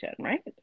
right